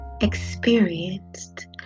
experienced